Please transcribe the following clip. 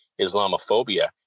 Islamophobia